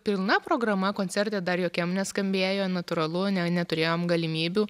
pilna programa koncerte dar jokiam neskambėjo natūralu ne neturėjom galimybių